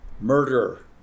murder